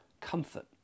comfort